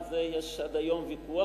על זה יש עד היום ויכוח,